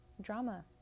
drama